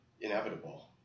inevitable